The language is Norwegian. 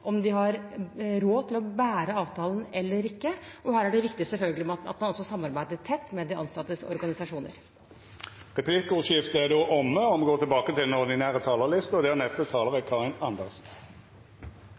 om de har råd til å bære avtalen eller ikke. Her er det selvfølgelig også viktig at man samarbeider tett med de ansattes organisasjoner. Replikkordskiftet er omme. Dei talarane som heretter får ordet, har ei taletid på inntil 3 minutt. Saken handler om et verdispørsmål. Mener vi